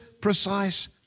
precise